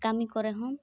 ᱠᱟᱹᱢᱤ ᱠᱚᱨᱮ ᱦᱚᱸᱢ